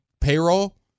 payroll